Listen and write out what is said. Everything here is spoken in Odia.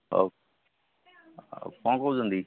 ହଉ କ'ଣ କହୁଛନ୍ତି